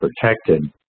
protected